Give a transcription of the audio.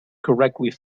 correctly